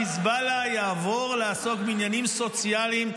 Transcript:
חיזבאללה יעבור לעסוק בעניינים סוציאליים,